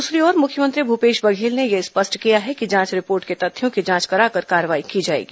द्रसरी ओर मुख्यमंत्री भूपेश बघेल ने यह स्पष्ट किया है कि जांच रिपोर्ट के तथ्यों की जांच कराकर कार्रवाई की जाएगी